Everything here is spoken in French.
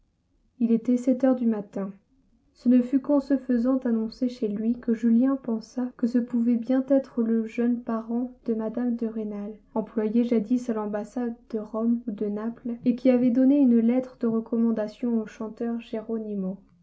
il était sept heures du matin ce ne fut qu'en se faisant annoncer chez lui que julien pensa que ce pouvait bien être le jeune parent de mme de rênal employé jadis à l'ambassade de rome ou de naples et qui avait donné une lettre de recommandation au chanteur geronimo